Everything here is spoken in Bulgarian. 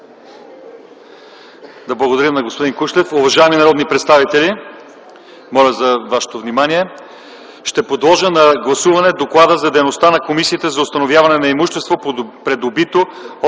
Да благодарим на господин Кушлев. Уважаеми народни представители, ще подложа на гласуване Доклада за дейността на Комисията за установяване на имущество, придобито